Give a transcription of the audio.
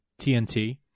TNT